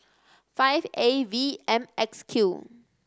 five A V M X Q